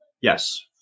Yes